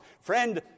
Friend